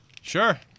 Sure